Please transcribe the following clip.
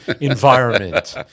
environment